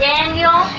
Daniel